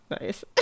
Nice